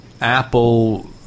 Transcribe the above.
Apple